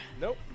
Nope